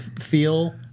feel